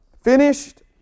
Finished